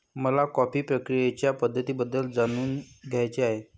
मला कॉफी प्रक्रियेच्या पद्धतींबद्दल जाणून घ्यायचे आहे